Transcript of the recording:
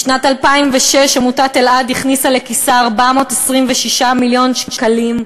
משנת 2006 עמותת אלע"ד הכניסה לכיסה 426 מיליון שקלים,